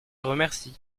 remercie